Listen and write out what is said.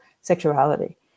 sexuality